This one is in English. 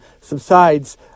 subsides